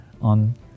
on